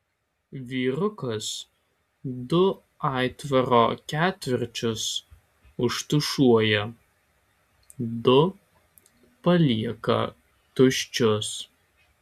vyrukas du aitvaro ketvirčius užtušuoja du palieka tuščius